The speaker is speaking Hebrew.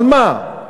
על מה?